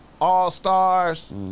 all-stars